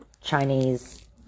Chinese